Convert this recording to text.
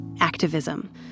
Activism